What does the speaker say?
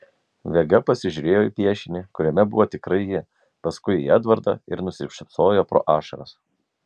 vega pasižiūrėjo į piešinį kuriame buvo tikrai ji paskui į edvardą ir nusišypsojo pro ašaras